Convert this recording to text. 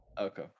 Okay